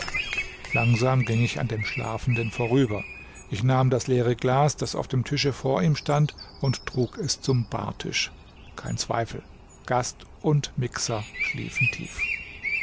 langsam ging ich an dem schlafenden vorüber ich nahm das leere glas das auf dem tische vor ihm stand und trug es zum bartisch kein zweifel gast und mixer schliefen tief